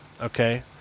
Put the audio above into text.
okay